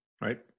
right